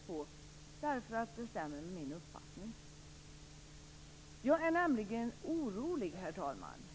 på därför att det stämmer med min uppfattning.